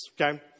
okay